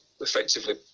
effectively